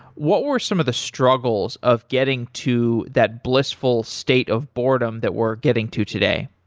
what were some of the struggles of getting to that blissful state of boredom that we're getting to today?